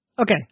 Okay